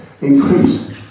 increase